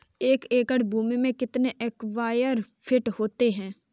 एक एकड़ भूमि में कितने स्क्वायर फिट होते हैं?